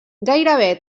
gairebé